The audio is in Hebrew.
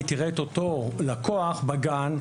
תראה את אותו לקוח בגן,